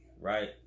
right